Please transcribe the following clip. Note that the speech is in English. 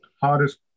hardest